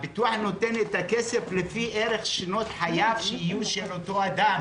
הביטוח נותן את הכסף לפי ערך שנות חייו בעתיד של אותו אדם